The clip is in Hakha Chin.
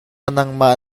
nangmah